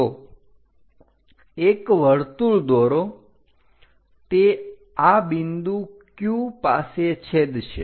તો એક વર્તુળ દોરો તે આ બિંદુ Q પાસે છેદશે